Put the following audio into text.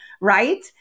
Right